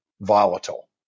volatile